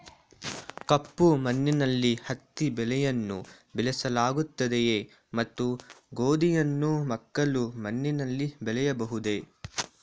ಕಪ್ಪು ಮಣ್ಣಿನಲ್ಲಿ ಹತ್ತಿ ಬೆಳೆಯನ್ನು ಬೆಳೆಸಲಾಗುತ್ತದೆಯೇ ಮತ್ತು ಗೋಧಿಯನ್ನು ಮೆಕ್ಕಲು ಮಣ್ಣಿನಲ್ಲಿ ಬೆಳೆಯಬಹುದೇ?